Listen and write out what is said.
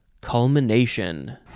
Culmination